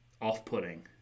off-putting